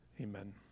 amen